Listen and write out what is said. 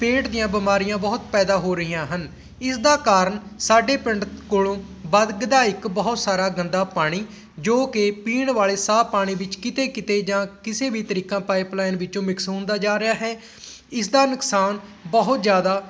ਪੇਟ ਦੀਆਂ ਬਿਮਾਰੀਆਂ ਬਹੁਤ ਪੈਦਾ ਹੋ ਰਹੀਆਂ ਹਨ ਇਸ ਦਾ ਕਾਰਣ ਸਾਡੇ ਪਿੰਡ ਕੋਲੋਂ ਵੱਗਦਾ ਇੱਕ ਬਹੁਤ ਸਾਰਾ ਗੰਦਾ ਪਾਣੀ ਜੋ ਕਿ ਪੀਣ ਵਾਲੇ ਸਾਫ ਪਾਣੀ ਵਿੱਚ ਕਿਤੇ ਕਿਤੇ ਜਾਂ ਕਿਸੇ ਵੀ ਤਰੀਕਾਂ ਪਾਇਪ ਲਾਇਨ ਵਿੱਚੋਂ ਮਿਕਸ ਹੁੰਦਾ ਜਾ ਰਿਹਾ ਹੈ ਇਸ ਦਾ ਨੁਕਸਾਨ ਬਹੁਤ ਜ਼ਿਆਦਾ